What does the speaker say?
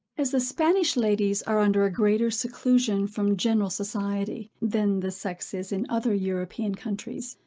as the spanish ladies are under a greater seclusion from general society, than the sex is in other european countries,